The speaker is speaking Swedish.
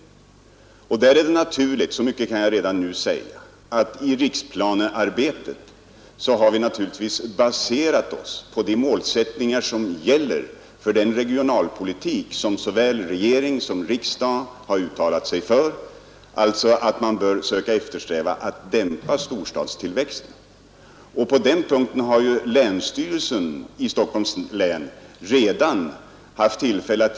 Det är naturligt — så Nr 129 mycket kan jag redan nu säga — att vi baserat riksplanearbetet på de Torsdagen den målsättningar som gäller för den regionalpolitik vilken såväl regering som 18 november 1971 riksdag uttalat sig för — dvs. att man bör eftersträva att dämpa storstadstillväxten. Länsstyrelsen i Stockholms län har redan haft tillfälle Ang.